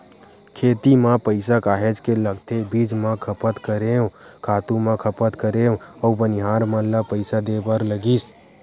खेती म पइसा काहेच के लगथे बीज म खपत करेंव, खातू म खपत करेंव अउ बनिहार मन ल पइसा देय बर लगिस